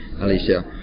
Alicia